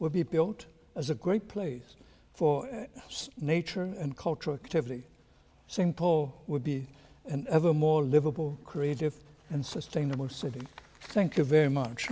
will be built as a great place for us nature and cultural activity saying polo would be an ever more livable creative and sustainable city thank you very much